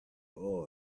all